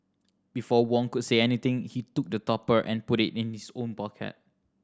before Wong could say anything he took the topper and put it in his own pocket